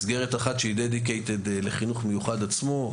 מסגרת אחת שמוקדשת לחינוך המיוחד עצמו,